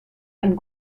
ein